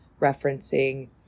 referencing